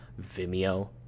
vimeo